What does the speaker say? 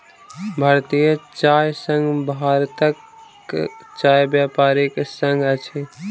भारतीय चाय संघ भारतक चाय व्यापारी के संग अछि